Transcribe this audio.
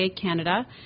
Canada